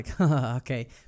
okay